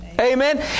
Amen